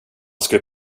skulle